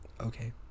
okay